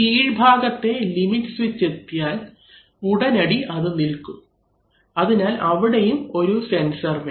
കീഴ് ഭാഗത്തെ limit switch എത്തിയാൽ ഉടനടി ഇത് നിൽക്കും അതിനാൽ അവിടെയും ഒരു സെൻസർ വേണം